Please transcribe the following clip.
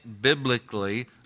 biblically